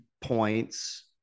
points